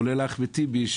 כולל אחמד טיבי,